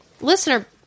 listener